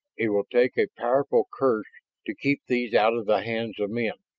it will take a powerful curse to keep these out of the hands of men.